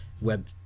web